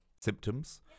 symptoms